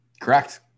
Correct